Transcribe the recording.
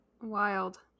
wild